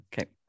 okay